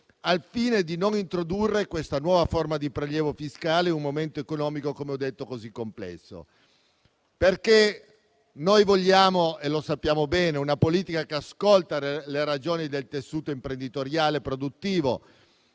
al fine di non introdurre questa nuova forma di prelievo fiscale in un momento economico - come ho già detto - così complesso. Questo perché noi vogliamo - come sappiamo bene - una politica che ascolta le ragioni del tessuto imprenditoriale e produttivo